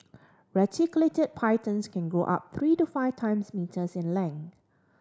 reticulated pythons can grow up three to five times metres in length